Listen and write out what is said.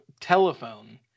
telephone